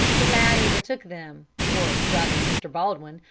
the lad overtook them, or rather mr. baldwin,